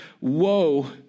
Woe